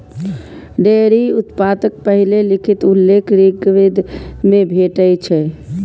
dairy उत्पादक पहिल लिखित उल्लेख ऋग्वेद मे भेटै छै